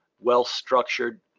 well-structured